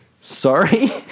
sorry